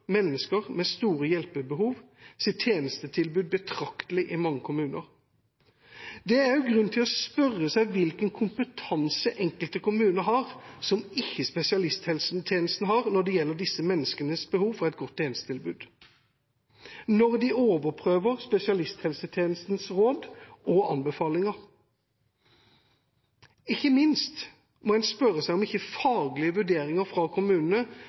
mennesker med store hjelpebehov betraktelig i mange kommuner. Det er også grunn til å spørre seg hvilken kompetanse enkelte kommuner har som ikke spesialisthelsetjenesten har når det gjelder disse menneskenes behov for et godt tjenestetilbud, når de overprøver spesialisthelsetjenestens råd og anbefalinger. Ikke minst må en spørre seg om ikke faglige vurderinger fra kommunene